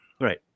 right